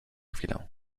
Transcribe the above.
chwilę